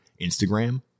Instagram